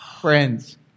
friends